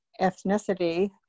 ethnicity